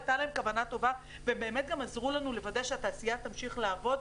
הייתה להם כוונה טובה והם באמת גם עזרו לנו לוודא שהתעשייה תמשיך לעבוד,